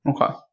Okay